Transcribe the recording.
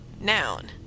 Noun